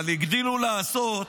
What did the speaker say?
אבל הגדילו לעשות,